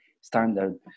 standard